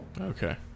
Okay